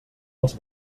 els